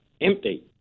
empty